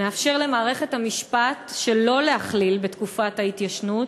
מאפשר למערכת המשפט שלא להכליל בתקופת ההתיישנות